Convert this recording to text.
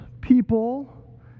people